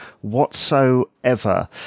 whatsoever